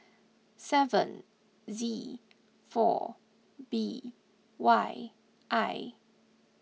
seven Z four B Y I